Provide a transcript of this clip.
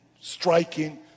striking